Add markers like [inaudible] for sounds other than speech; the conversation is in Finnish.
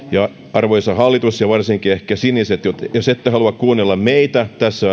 arvoisa hallitus ja varsinkin ehkä siniset jos ette halua kuunnella meitä tässä [unintelligible]